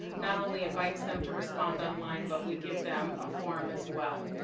not only invites them to respond on line, but would give them a form as well.